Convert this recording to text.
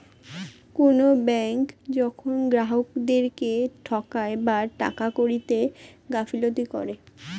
কোনো ব্যাঙ্ক যখন গ্রাহকদেরকে ঠকায় বা টাকা কড়িতে গাফিলতি করে